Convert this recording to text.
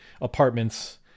apartments